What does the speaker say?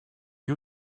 you